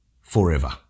forever